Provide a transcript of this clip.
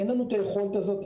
אין לנו את היכולת הזאת.